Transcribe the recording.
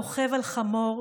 / רוכב על חמור,